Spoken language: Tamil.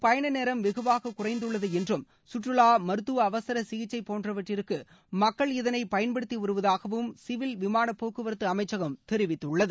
பயண நேரம் வெகுவாக குறைந்துள்ளது என்றும் கற்றுலா மருத்துவ அவசர சிகிச்சை போன்றவற்றிற்கு மக்கள் இதனை பயன்படுத்திவருவதாகவும் சிவில் விமானப்போக்குவரத்து அமைச்சகம் தெரிவித்துள்ளது